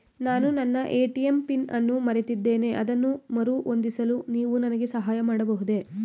ನಾನು ನನ್ನ ATM pin ಅನ್ನು ಮರೆತಿದ್ದೇನೆ ಅದನ್ನು ಮರುಹೊಂದಿಸಲು ನೀವು ನನಗೆ ಸಹಾಯ ಮಾಡಬಹುದೇ?